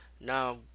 Now